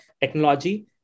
technology